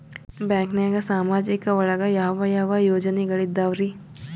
ಬ್ಯಾಂಕ್ನಾಗ ಸಾಮಾಜಿಕ ಒಳಗ ಯಾವ ಯಾವ ಯೋಜನೆಗಳಿದ್ದಾವ್ರಿ?